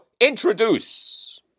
introduce